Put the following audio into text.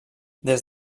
des